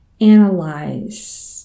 analyze